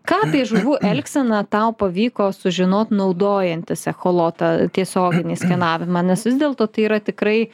ką apie žuvų elgseną tau pavyko sužinot naudojantis echolotą tiesioginį skenavimą nes vis dėlto tai yra tikrai